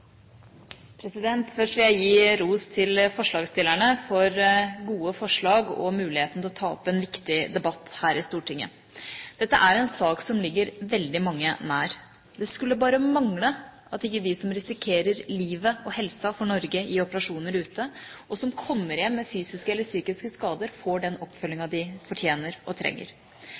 og muligheten til å ta opp en viktig debatt her i Stortinget. Dette er en sak som ligger veldig mange nær. Det skulle bare mangle at ikke de som risikerer livet og helsa for Norge i operasjoner ute, og som kommer hjem med fysiske eller psykiske skader, får den oppfølgingen de fortjener og trenger.